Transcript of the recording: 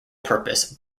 purpose